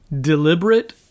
deliberate